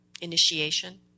Initiation